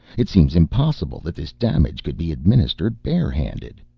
it seems impossible that this damage could be administered bare-handed.